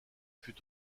fut